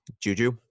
Juju